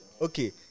okay